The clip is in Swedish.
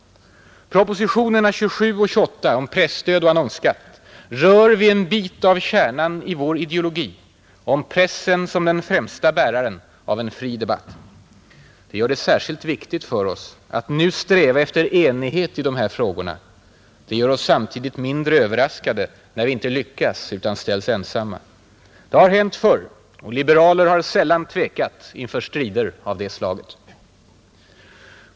Propositionerna 27 och 28 om presstöd och annonsskatt rör vid en bit av kärnan i vår ideologi: om pressen som den främsta bäraren av en fri debatt. Det gör det särskilt viktigt för oss att nu sträva efter enighet i de här frågorna. Det gör oss samtidigt mindre överraskade när vi inte lyckas utan ställs ensamma. Det har hänt förr och liberaler har sällan tvekat inför strider av det slaget.